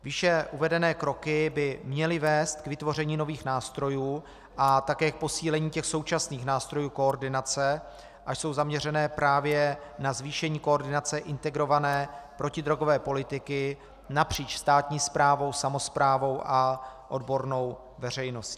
Výše uvedené kroky by měly vést k vytvoření nových nástrojů a také k posílení současných nástrojů koordinace a jsou zaměřeny právě na zvýšení koordinace integrované protidrogové politiky napříč státní správou, samosprávou a odbornou veřejností.